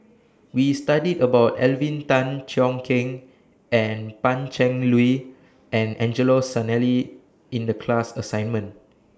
We studied about Alvin Tan Cheong Kheng and Pan Cheng Lui and Angelo Sanelli in The class assignment